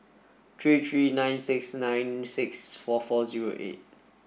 three three nine six nine six four four zero eight